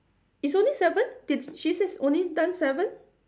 is only seven did she say only done seven